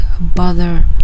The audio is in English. bother